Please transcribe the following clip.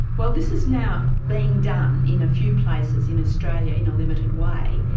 well, this is now being done in a few places in australia in a limited way.